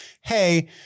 Hey